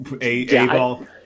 A-ball